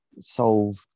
solve